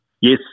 Yes